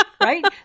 Right